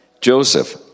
Joseph